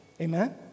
Amen